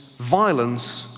violence,